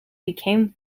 became